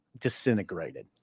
disintegrated